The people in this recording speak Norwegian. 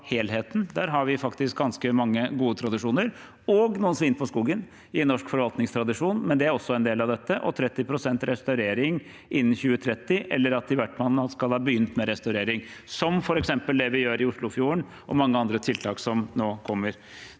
Der har vi faktisk ganske mange gode tradisjoner – og noen svin på skogen – i norsk forvaltningstradisjon, men det er også en del av dette. Det skal være 30 pst. restaurering innen 2030, eller at man i hvert fall skal ha begynt med restaurering, som f.eks. det vi gjør i Oslofjorden, og mange andre tiltak som nå kommer.